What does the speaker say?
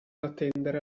attendere